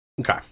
Okay